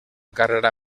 carrera